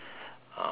ah